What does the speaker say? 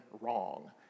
wrong